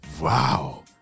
Wow